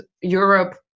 Europe